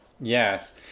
Yes